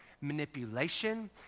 manipulation